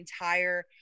entire